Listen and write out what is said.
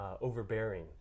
overbearing